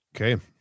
Okay